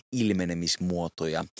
ilmenemismuotoja